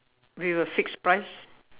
with a fixed price